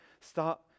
Start